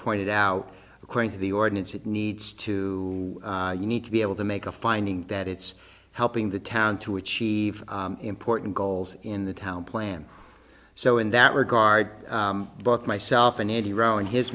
pointed out according to the ordinance it needs to need to be able to make a finding that it's helping the town to achieve important goals in the town plan so in that regard both myself and eddie rowan his